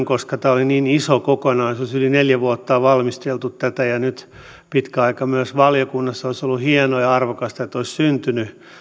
koska tämä oli niin iso kokonaisuus yli neljä vuotta on valmisteltu tätä ja nyt pitkä aika myös valiokunnassa olisi ollut hienoa ja arvokasta että olisi syntynyt